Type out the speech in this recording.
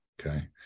Okay